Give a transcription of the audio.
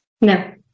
No